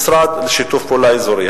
המשרד לשיתוף פעולה אזורי,